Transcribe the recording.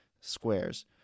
squares